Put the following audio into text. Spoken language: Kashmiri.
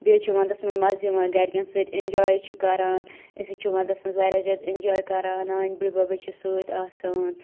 بیٚیہِ حظ چھِ وَنٛدَس مَنٛز مَزٕ یِوان گَرکٮ۪ن سۭتۍ اٮ۪نجاے چھِ کَران أسۍ حظ چھِ وَنٛدَس مَنٛز واریاہ زیادٕ اٮ۪نجاے کَران نانۍ بٕڈبَب حظ چھِ سۭتۍ آسان